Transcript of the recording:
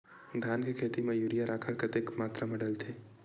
धान के खेती म यूरिया राखर कतेक मात्रा म डलथे?